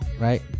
right